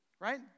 right